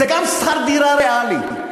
זה גם שכר דירה ריאלי.